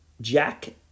jack